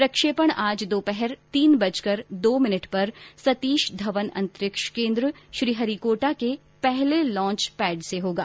प्रक्षेपण आज दोपहर तीन बजकर दो मिनट पर सतीश धवन अंतरिक्ष केन्द्र श्रीहरिकोटा के पहले लांच पैड से होगा